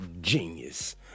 genius